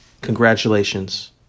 Congratulations